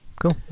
Cool